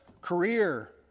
career